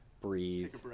breathe